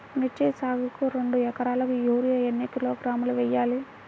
మిర్చి సాగుకు రెండు ఏకరాలకు యూరియా ఏన్ని కిలోగ్రాములు వేయాలి?